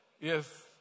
Yes